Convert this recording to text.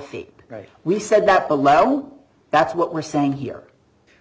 feed right we said that below that's what we're saying here